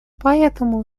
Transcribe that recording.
поэтому